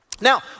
Now